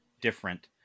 different